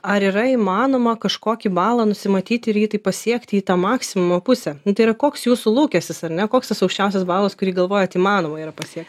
ar yra įmanoma kažkokį balą nusimatyti ir jį taip pasiekti į tą maksimumo pusę nu tai yra koks jūsų lūkestis ar ne koks tas aukščiausias balas kurį galvojat įmanoma yra pasiekt